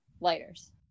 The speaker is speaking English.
lighters